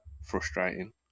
Frustrating